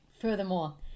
furthermore